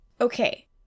Okay